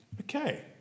Okay